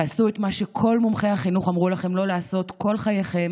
תעשו את מה שכל מומחי החינוך אמרו לכם לא לעשות כל חייכם,